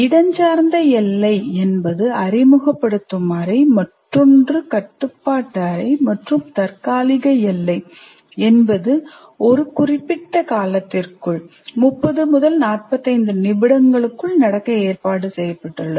இடஞ்சார்ந்த எல்லை என்பது அறிமுகப்படுத்தும் அறை மற்றொன்று கட்டுப்பாட்டு அறை மற்றும் தற்காலிக எல்லை என்பது ஒரு குறிப்பிட்ட காலத்திற்குள் 30 முதல் 45 நிமிடங்களுக்குள் நடக்க ஏற்பாடு செய்யப்பட்டுள்ளது